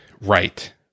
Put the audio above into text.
Right